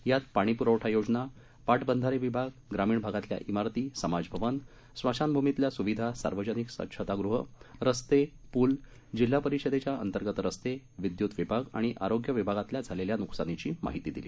यातपाणीप्रवठायोजना पाटबंधारेविभाग ग्रामीणभागातीलइमारती समाजभवन स्मशानभूमीतीलस्विधा सार्वजनिकस्वच्छतागृह रस्ते पूल जिल्हापरिषदेच्याअंतर्गतरस्ते विद्य्तविभागआणिआरोग्यविभागातीलझालेल्यान्कसानाचीमाहितीदिली